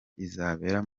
izabera